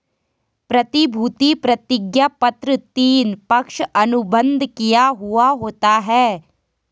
प्रतिभूति प्रतिज्ञापत्र तीन, पक्ष अनुबंध किया हुवा होता है